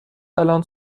الان